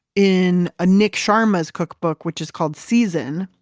in ah nick sharma's cookbook, which is called season.